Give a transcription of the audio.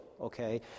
okay